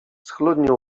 schludnie